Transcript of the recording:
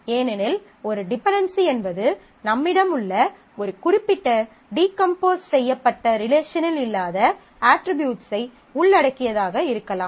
ஏனெனில் ஒரு டிபென்டென்சி என்பது நம்மிடம் உள்ள ஒரு குறிப்பிட்ட டீகம்போஸ் செய்யப்பட்ட ரிலேஷனில் இல்லாத அட்ரிபியூட்ஸ் ஐ உள்ளடக்கியதாக இருக்கலாம்